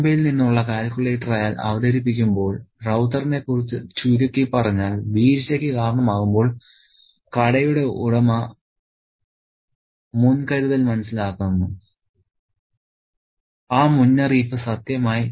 ബോംബെയിൽ നിന്നുള്ള കാൽക്കുലേറ്റർ അയാൾ അവതരിപ്പിക്കുമ്പോൾ റൌത്തറിനെക്കുറിച്ച് ചുരുക്കി പറഞ്ഞാൽ വീഴ്ചയ്ക്ക് കാരണമാകുമ്പോൾ കടയുടമ മുൻകരുതൽ മനസ്സിലാക്കുന്നു ആ മുന്നറിയിപ്പ് സത്യമായി